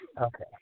Okay